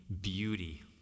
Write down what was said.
beauty